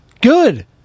Good